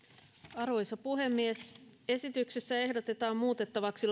arvoisa puhemies esityksessä ehdotetaan muutettavaksi